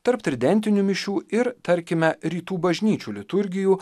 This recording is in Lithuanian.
tarp tridentinių mišių ir tarkime rytų bažnyčių liturgijų